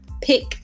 pick